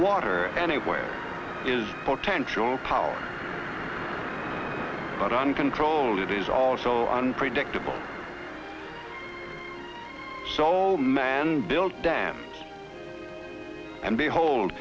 water anywhere is potential power but uncontrolled it is also unpredictable so man build dams and behold